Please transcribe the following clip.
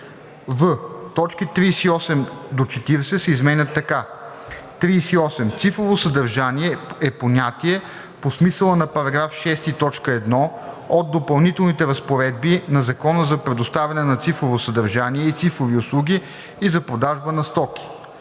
в) точки 38 – 40 се изменят така: „38. „Цифрово съдържание“ е понятие по смисъла на § 6, т. 1 от допълнителните разпоредби на Закона за предоставяне на цифрово съдържание и цифрови услуги и за продажба на стоки.